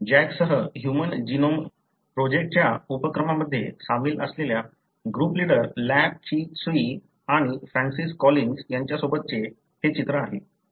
जॅकसह human genome project च्या उपसीक्वेन्समध्ये सामील असलेल्या ग्रुप लीडर लॅप ची त्सुई आणि फ्रान्सिस कॉलिन्स यांच्यासोबतचे हे चित्र आहे